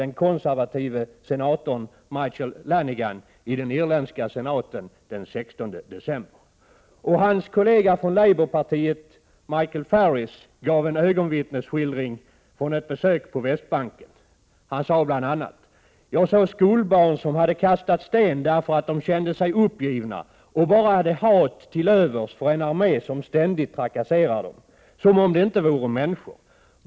den konservative senatorn Michael Lanigan i den irländska senaten den 16 december. Och hans kollega Michael Ferris från Labourpartiet gav en ögonvittnesskildring från ett besök på Västbanken. Han sade bl.a.: ”Jag såg skolbarn som hade kastat sten därför att de kände sig uppgivna och bara hade hat till övers för en armé som ständigt trakasserar dem, som om de inte vore människor.